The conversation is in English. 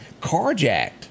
carjacked